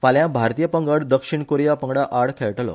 फाल्यां भारतीय पंगड दक्षिण कोरिया पंगडा आड खेळटलो